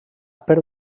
per